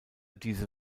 diese